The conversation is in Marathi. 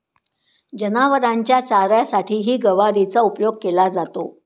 जनावरांच्या चाऱ्यासाठीही गवारीचा उपयोग केला जातो